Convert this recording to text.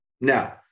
Now